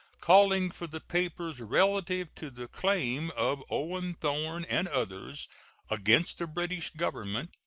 calling for the papers relative to the claim of owen thorn and others against the british government,